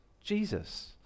Jesus